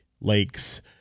lakes